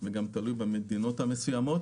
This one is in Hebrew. וגם תלוי במדינות המסוימות.